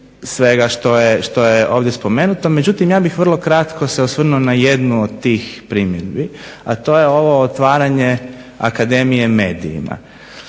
svega što je ovdje spomenuto. Međutim ja bih vrlo kratko se osvrnuo na jednu od tih primjedbi, a to je ovo otvaranje Akademije medijima.